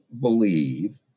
believe